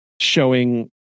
showing